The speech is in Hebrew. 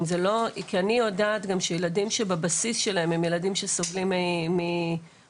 כי אני יודעת גם שילדים שבבסיס שלהם הם ילדים שסובלים מחוסר